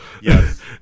Yes